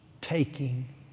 taking